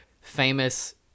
famous